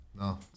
no